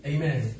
Amen